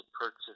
purchase